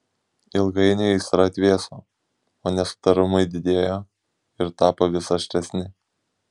ilgainiui aistra atvėso o nesutarimai didėjo ir tapo vis aštresni